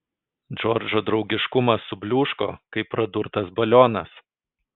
džordžo draugiškumas subliūško kaip pradurtas balionas